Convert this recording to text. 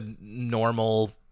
normal